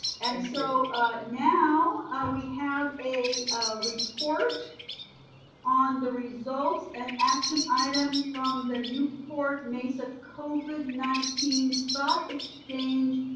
and so now we have a report on the results and action item from the newport mesa covid nineteen thought exchange,